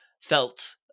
felt